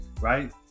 Right